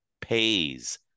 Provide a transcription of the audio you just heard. pays